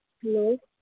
hello